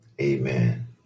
Amen